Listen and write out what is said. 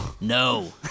No